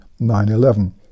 9-11